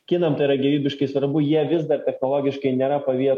kinam tai yra gyvybiškai svarbu jie vis dar technologiškai nėra paviję